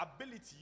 ability